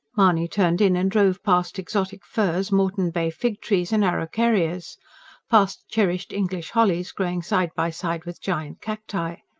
mahony turned in and drove past exotic firs, moreton bay fig-trees and araucarias past cherished english hollies growing side by side with giant cacti.